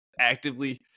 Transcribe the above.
actively